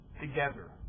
together